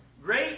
Great